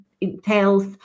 entails